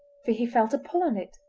for he felt a pull on it,